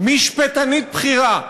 משפטנית בכירה,